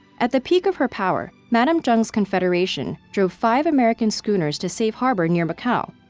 at the peak of her power, madame zheng's confederation drove five american schooners to safe harbor near macao,